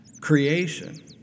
creation